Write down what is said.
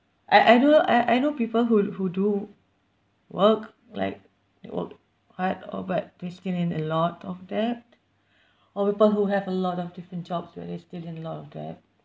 I I do I I know people who who do work like they work hard or but they still in a lot of debt or people who have a lot of different jobs but they're still in lot of debt